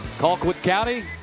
colquitt county.